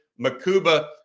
Makuba